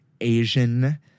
Asian